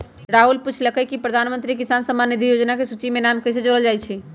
राहुल पूछलकई कि प्रधानमंत्री किसान सम्मान निधि योजना के सूची में नाम कईसे जोरल जाई छई